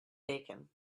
bacon